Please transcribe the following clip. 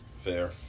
Fair